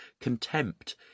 Contempt